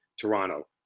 Toronto